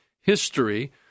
history